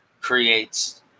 creates